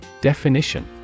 Definition